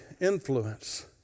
influence